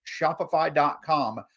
shopify.com